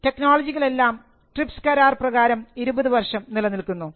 ടെക്നോളജികൾ എല്ലാം ട്രിപ്സ് കരാർ പ്രകാരം 20 വർഷം നിലനിൽക്കുന്നു